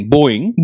Boeing